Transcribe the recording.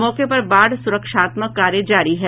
मौके पर बाढ़ सुरक्षात्मक कार्य जारी है